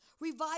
revive